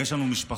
ויש לנו משפחות,